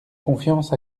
confiance